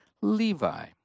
Levi